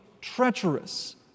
treacherous